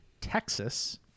Texas